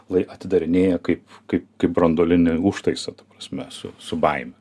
lai atidarinėja kaip kai kaip branduolinį užtaisą ta prasme su su baime